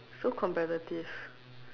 so competitive